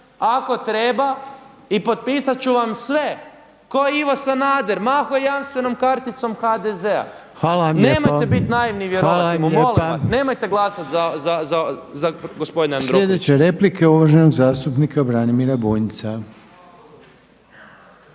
ako treba i potpisati ću vam sve kao i Ivo Sanader, mahao je jamstvenom karticom HDZ-a. Nemojte biti naivni i vjerovati mu, molim vas, nemojte glasati za gospodina Jandrokovića. **Reiner, Željko (HDZ)** Sljedeća replika je uvaženog zastupnika Branimira Baunjca.